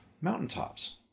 mountaintops